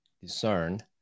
discern